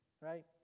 Right